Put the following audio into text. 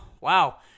Wow